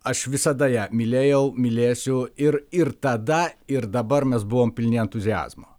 aš visada ją mylėjau mylėsiu ir ir tada ir dabar mes buvom pilni entuziazmo